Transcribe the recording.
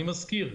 אני מזכיר,